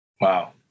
Wow